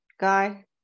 guy